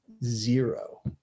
zero